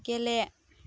गेले